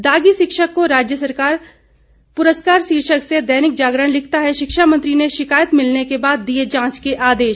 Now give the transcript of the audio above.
दागी शिक्षक को राज्य पुरस्कार शीर्षक से दैनिक जागरण लिखता है शिक्षा मंत्री ने शिकायत मिलने के बाद दिए जांच के आदेश